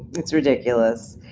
it's ridiculous.